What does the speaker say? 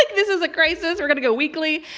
like this is a crisis! we're gonna go weekly?